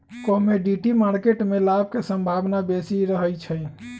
commodity market में लाभ के संभावना बेशी रहइ छै